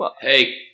Hey